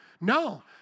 No